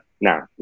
now